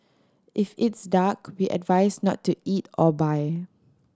if it's dark we advise not to eat or buy